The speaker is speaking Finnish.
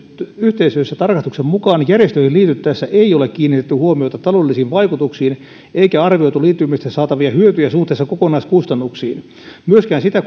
yhteisöissä tarkastuksen mukaan järjestöihin liityttäessä ei ole kiinnitetty huomiota taloudellisiin vaikutuksiin eikä arvioitu liittymisestä saatavia hyötyjä suhteessa kokonaiskustannuksiin myöskään sitä